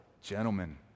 gentlemen